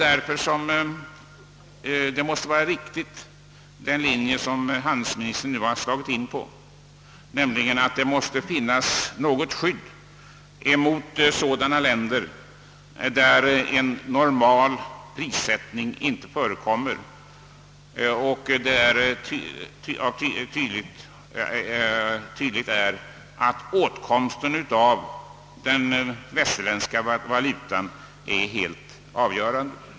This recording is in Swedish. Därför måste den linje vara riktig som handelsministern nu har slagit in på, nämligen att införa ett skydd mot import från sådana länder där en normal prissättning inte förekommer och där behovet av att komma åt västerländsk valuta tydligen är helt avgörande.